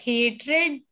Hatred